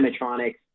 animatronics